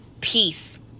peace